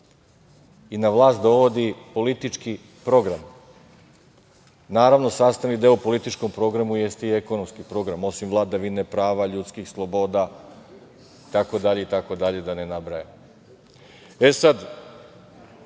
i na vlast dovodi politički program. Naravno, sastavni deo političkom programu jeste i ekonomski program, osim vladavine prava, ljudskih sloboda itd, da ne nabrajam.E, sada,